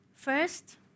First